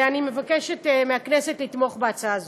אני מבקשת מהכנסת לתמוך בהצעה זו.